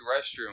restroom